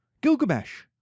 Gilgamesh